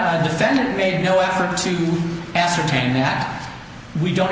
t defendant made no effort to ascertain nap we don't